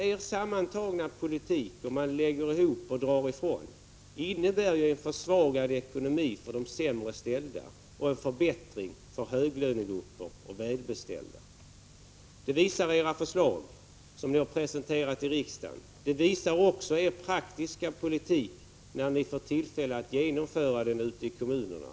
Er sammantagna politik, om man lägger ihop och drar ifrån, innebär ju en försvagad ekonomi för de sämre ställda och en förbättring för höglönegrupper och välbeställda. Det visar de förslag ni har presenterat i riksdagen, det visar också er praktiska politik, när ni fått tillfälle att genomföra den ute i kommunerna.